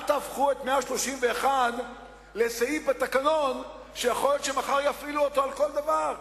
אל תהפכו את 131 לסעיף בתקנון שיכול להיות שמחר יפעילו אותו על כל דבר.